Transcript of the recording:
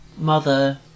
mother